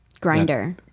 Grinder